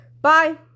Bye